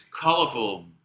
colorful